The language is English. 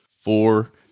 four